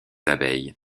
abeilles